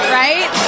right